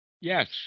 Yes